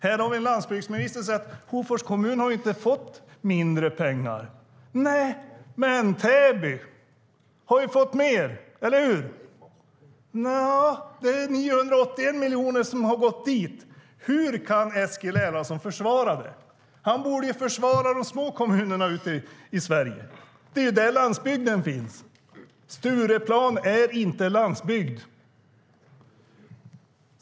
Här har vi en landsbygdsminister som säger: Hofors kommun har inte fått mindre pengar. Nej, men Täby har fått mer - eller hur? Nja, det är 981 miljoner som har gått dit. Hur kan Eskil Erlandsson försvara det? Han borde försvara de små kommunerna i Sverige. Det är där landsbygden finns. Stureplan är inte landsbygd.